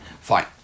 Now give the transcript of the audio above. Fine